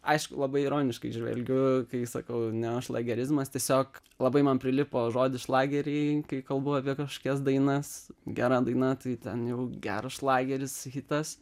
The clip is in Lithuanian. aišku labai ironiškai žvelgiu kai sakau neošlagerizmas tiesiog labai man prilipo žodis šlageriai kai kalbu apie kažkokias dainas gera daina tai ten jau geras šlageris hitas